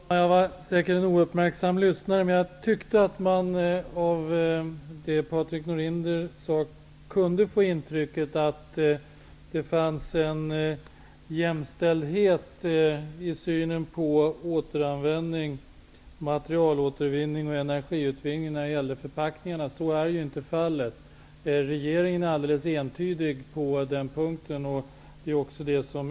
Herr talman! Jag var säkert en ouppmärksam lyssnare. Men jag tyckte att man av det Patrik Norinder sade kunde få intrycket att det fanns en enhetlig syn på frågan om återanvändning, materialåtervinning och energiutvinning av förpackningar. Så är inte fallet. Regeringen är alldeles entydig på den punkten.